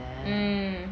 mm